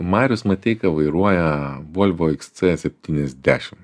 marius mateika vairuoja volvo xc septyniasdešim